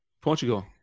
Portugal